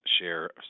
share